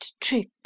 trick